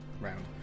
round